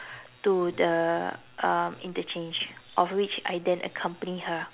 to the um interchange of which I then accompany her